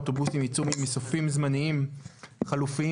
האוטובוסים ייצאו ממסופים זמניים חלופיים